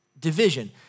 division